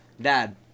Dad